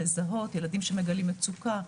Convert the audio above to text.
לזהות ילדים שמגלים מצוקה,